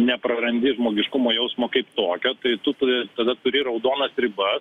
neprarandi žmogiškumo jausmo kaip tokio tai tu turi tada turi raudonas ribas